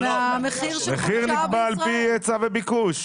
המחיר מוכתב על פי היצע וביקוש.